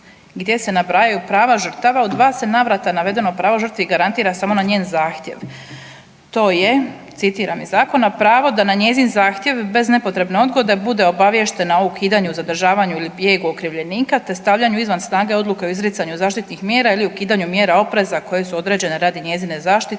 gdje se nabrajaju prava žrtava u dva se navrata navedeno pravo žrtvi garantira samo na njen zahtjev, to je citiram iz zakona „pravo da na njezin zahtjev bez nepotrebne odgode bude obaviještena o ukidanju, zadržavanju ili bijegu okrivljenika te stavljanju izvan snage odluke o izricanju zaštitnih mjera ili ukidanju mjera opreza koje su određene radi njezine zaštite